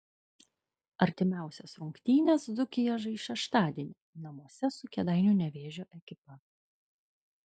artimiausias rungtynes dzūkija žais šeštadienį namuose su kėdainių nevėžio ekipa